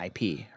IP